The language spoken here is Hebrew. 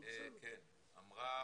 אבל בסדר,